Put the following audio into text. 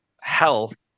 health